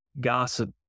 gossip